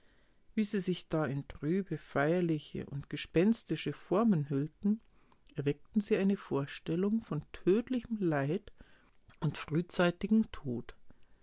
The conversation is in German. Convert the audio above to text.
wie sie sich da in trübe feierliche und gespenstische formen hüllten erweckten sie eine vorstellung von tödlichem leid und frühzeitigem tod